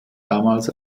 damals